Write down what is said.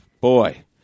boy